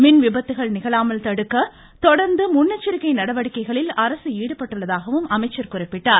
மின் விபத்துகள் நிகழாமல் தடுக்க தொடர்ந்து முன்னெச்சரிக்கை நடவடிக்கைகளில் அரசு ஈடுபட்டுள்ளதாகவும் அமைச்சர் குறிப்பிட்டார்